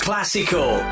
Classical